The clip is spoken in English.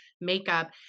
makeup